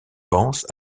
pense